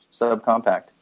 subcompact